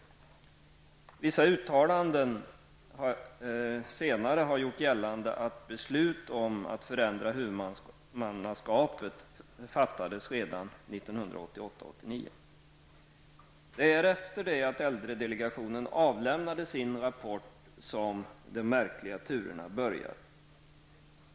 I vissa uttalanden har det senare gjorts gällande att beslut om att förändra huvudmannaskapet fattades redan 1988/89. Det är efter det att äldredelegationen hade avlämnat sin rapport som de märkliga turerna börjar.